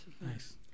Nice